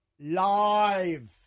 Live